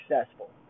successful